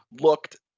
looked